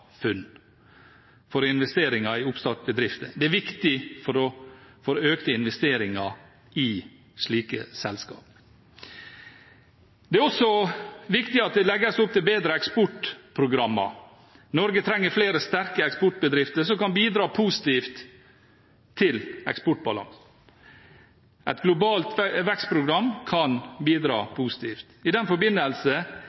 KapitalFUNN, for investeringer i oppstartsbedrifter. Det er viktig for økte investeringer i slike selskaper. Det er også viktig at det legges opp til bedre eksportprogrammer. Norge trenger flere sterke eksportbedrifter som kan bidra positivt til eksportbalansen. Et globalt vekstprogram kan bidra